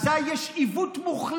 אז תפסיק.